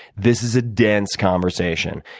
this is a dense conversation,